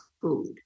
food